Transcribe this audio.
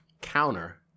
counter